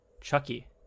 Chucky